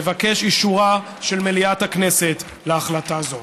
נבקש אישורה של מליאת הכנסת להחלטה זו.